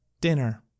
dinner